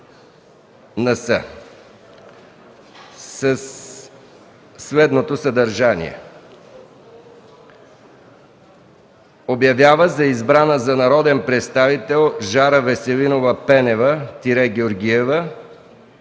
НС със следното съдържание: Обявява за избрана за народен представител Жара Веселинова Пенева-Георгиева,